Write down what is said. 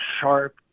sharp